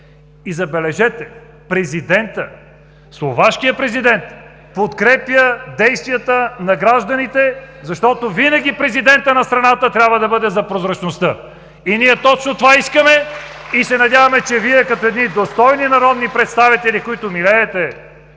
Забележете, президентът – словашкият президент, подкрепя действията на гражданите, защото винаги президентът на страната трябва да бъде за прозрачността. (Ръкопляскания.) Ние точно това искаме и се надяваме Вие, като едни достойни граждани народни представители, които милеете